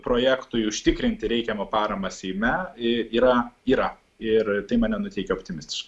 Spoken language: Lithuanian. projektui užtikrinti reikiamą paramą seime yra yra ir tai mane nuteikia optimistiškai